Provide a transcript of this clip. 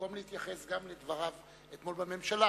מקום להתייחס גם לדבריו אתמול בממשלה,